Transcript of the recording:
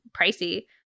pricey